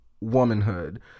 womanhood